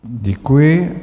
Děkuji.